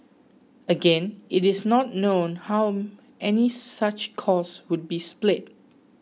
again it is not known how any such cost would be split